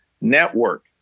network